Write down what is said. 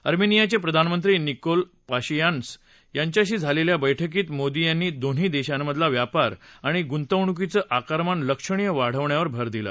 अमेनियाचे प्रधानमंत्री Nikol Pashinyan यांच्याशी झालेल्या बैठकीत मोदी यांनी दोन्ही देशांमधला व्यापार आणि गुंतवणूकीचं आकारमान लक्षणीय वाढवण्यावर भर दिला